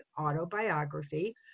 Autobiography